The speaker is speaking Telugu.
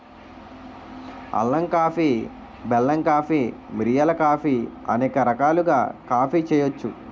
అల్లం కాఫీ బెల్లం కాఫీ మిరియాల కాఫీ అనేక రకాలుగా కాఫీ చేయొచ్చు